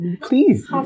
please